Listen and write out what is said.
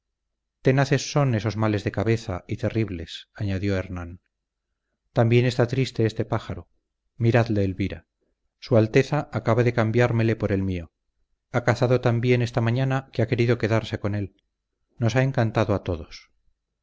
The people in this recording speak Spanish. tenaces son esos males de cabeza y terribles añadió hernán también está triste este pájaro miradle elvira su alteza acaba de cambiármele por el mío ha cazado tan bien esta mañana que ha querido quedarse con él nos ha encantado a todos